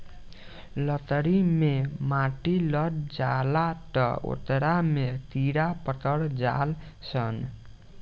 लकड़ी मे माटी लाग जाला त ओकरा में कीड़ा पड़ जाल सन